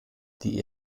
die